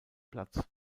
platz